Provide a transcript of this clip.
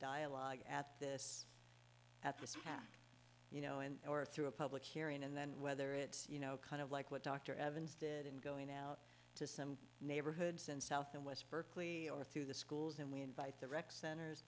dialogue at this at this you know and or through a public hearing and then whether it's you know kind of like what dr evans did in going out to some neighborhoods in south and west berkeley or through the schools and we invite the rec centers